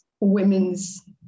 women's